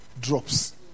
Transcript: drops